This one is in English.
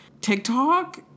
TikTok